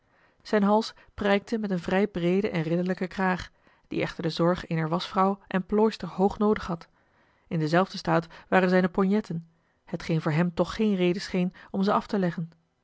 zijn hals prijkte met een vrij breeden en ridderlijken kraag die echter de zorg eener waschvrouw en plooister hoog noodig had in denzelfden staat waren zijne ponjetten hetgeen voor hem toch geen reden scheen te zijn om ze af te leggen